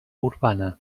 urbana